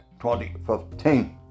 2015